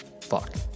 fuck